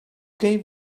gave